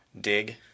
dig